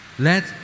Let